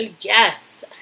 Yes